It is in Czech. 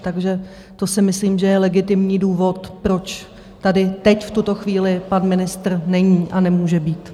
Takže to si myslím, že je legitimní důvod, proč tady teď v tuto chvíli pan ministr není a nemůže být.